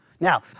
Now